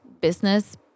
business